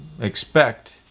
expect